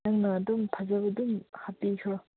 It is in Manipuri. ꯅꯪꯅ ꯑꯗꯨꯝ ꯐꯖꯕ ꯑꯗꯨꯝ ꯍꯥꯞꯄꯤꯈ꯭ꯔꯣ